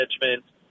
management